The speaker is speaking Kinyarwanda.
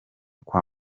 kwa